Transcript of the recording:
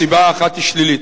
הסיבה האחת היא שלילית.